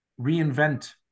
reinvent